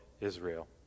Israel